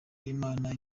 imana